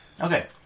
Okay